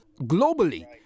globally